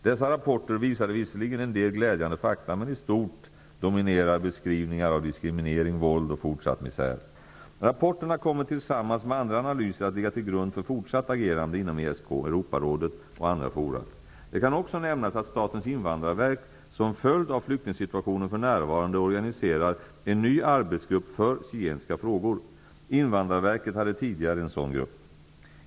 Dessa rapporter visade visserligen en del glädjande fakta, men i stort dominerar beskrivningar av diskriminering, våld och fortsatt misär. Rapporterna kommer tillsammans med andra analyser att ligga till grund för fortsatt agerande inom ESK, Europarådet och andra forum. Det kan också nämnas att Statens invandrarverk som en följd av flyktingsituationen för närvarande organiserar en ny arbetsgrupp för zigenska frågor. Invandrarverket hade tidigare en sådan grupp.